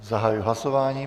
Zahajuji hlasování.